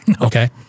okay